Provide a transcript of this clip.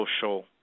social